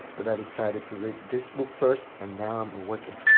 but i decided to read this book first and now i'm awake as